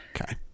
Okay